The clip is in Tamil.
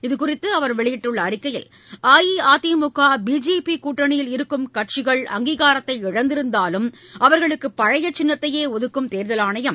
இதுகுறித்து அவர் வெளியிட்டுள்ள அறிக்கையில் அஇஅதிமுக பிஜேபி கூட்டணியில் இருக்கும் கட்சிகள் அங்கீகாரத்தை இழந்திருந்தாலும் அவர்களுக்கு பழைய சின்னத்தையே ஒதுக்கும் தேர்தல் ஆணையம்